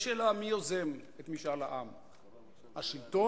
יש שאלה מי יוזם את משאל העם, השלטון,